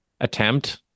attempt